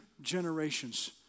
generations